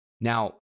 Now